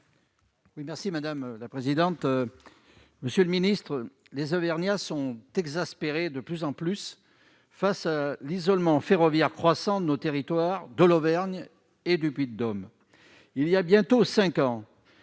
Merci madame la présidente, monsieur le ministre, les Auvergnats sont exaspérés de plus en plus face à l'isolement ferroviaire croissant de nos territoires de l'Auvergne et du Puy-de-Dôme, il y a bientôt 5 ans